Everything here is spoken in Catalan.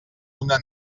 una